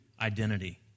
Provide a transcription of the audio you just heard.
identity